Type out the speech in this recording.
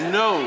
no